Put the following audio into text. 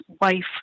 wife